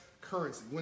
currency